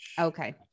Okay